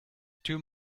too